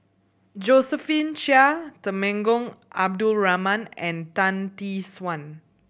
Josephine Chia Temenggong Abdul Rahman and Tan Tee Suan